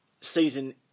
season